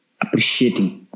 appreciating